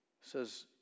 says